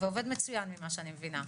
ועובד מצוין, ממה שאני מבינה.